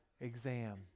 exam